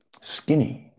skinny